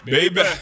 Baby